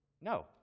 No